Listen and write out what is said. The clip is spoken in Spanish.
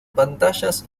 pantallas